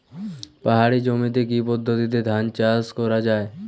পাহাড়ী জমিতে কি পদ্ধতিতে ধান চাষ করা যায়?